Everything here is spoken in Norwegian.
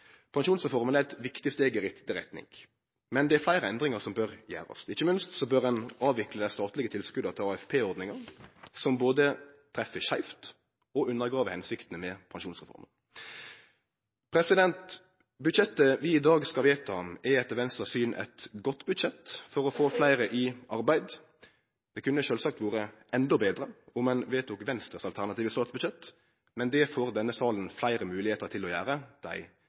Pensjonsreforma er eit viktig steg i riktig retning, men det er fleire endringar som bør gjerast. Ikkje minst bør ein avvikle dei statlege tilskota til AFP-ordninga, som både treffer skeivt og undergrev hensiktene med pensjonsreforma. Budsjettet vi i dag skal vedta, er etter Venstres syn eit godt budsjett for å få fleire i arbeid. Det kunne sjølvsagt vore endå betre om ein vedtok Venstres alternative statsbudsjett, men det får denne salen fleire moglegheiter til å gjere dei